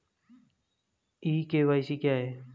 ई KYC क्या है?